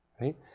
right